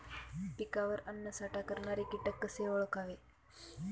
पिकावर अन्नसाठा करणारे किटक कसे ओळखावे?